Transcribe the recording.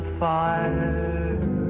fire